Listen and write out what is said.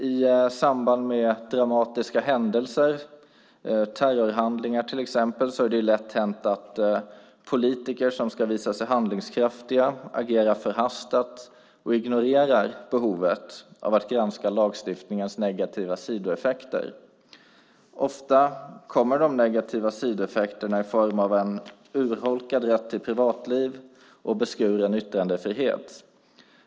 I samband med dramatiska händelser, till exempel terrorhandlingar, är det lätt hänt att politiker som ska visa sig handlingskraftiga agerar förhastat och ignorerar behovet av att granska lagstiftningens negativa sidoeffekter. Ofta kommer de negativa sidoeffekterna i form av en urholkad rätt till privatliv och beskuren yttrandefrihet.